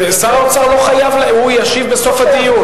שר האוצר לא חייב, הוא ישיב בסוף הדיון.